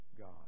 God